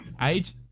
Age